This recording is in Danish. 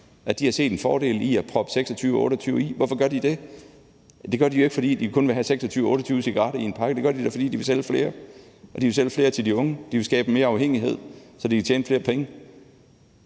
De har set en fordel i at proppe 26 eller 28 i. Hvorfor gør de det? Det gør de jo ikke, fordi de kun vil have 26 eller 28 cigaretter i en pakke. Det gør de da, fordi de vil sælge flere, og de vil sælge flere til de unge. De vil skabe mere afhængighed, så de kan tjene flere penge.